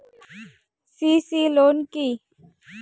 CC loan কি?